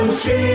See